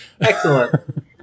Excellent